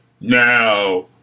Now